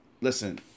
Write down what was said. listen